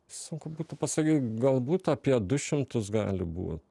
sunku būtų pasakyt galbūt apie du šimtus gali būt